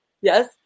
Yes